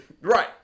Right